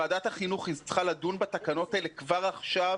ועדת החינוך צריכה לדון בתקנות האלה כבר עכשיו